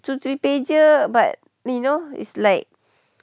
two three pages but you know it's like